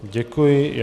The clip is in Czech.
Děkuji.